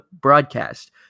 broadcast